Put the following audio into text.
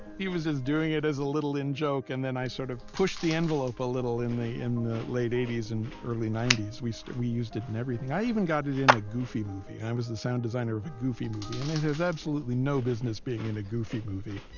he was doing it as a little in joke and then i sort of pushed the envelope a little in the in the late eighties and early nineties. we so we used it in everything. i even got it in a goofy movie. i was the sound designer of a goofy movie, and it has absolutely no business being in a goofy movie